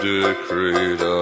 decreed